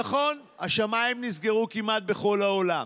נכון, השמיים נסגרו כמעט בכל העולם,